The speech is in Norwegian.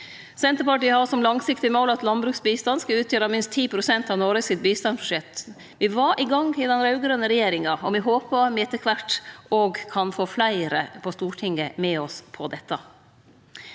Senterpartiet har som langsiktig mål at landbruksbistand skal utgjere minst 10 pst. av Noregs bistandsbudsjett. Me var i gang i den raud-grøne regjeringa, og me håpar me etter kvart òg kan få fleire på Stortinget med oss på dette.